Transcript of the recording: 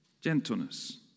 Gentleness